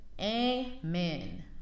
amen